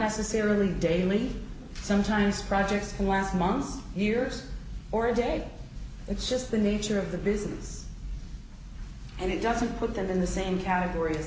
necessarily daily sometimes projects and ones months years or a day it's just the nature of the business and it doesn't put them in the same category as